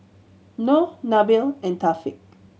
Noh Nabil and Thaqif